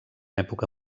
època